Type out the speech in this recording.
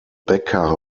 becker